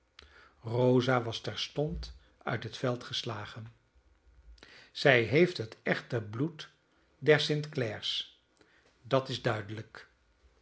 rosa was terstond uit het veld geslagen zij heeft het echte bloed der st clare's dat is duidelijk